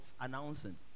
announcing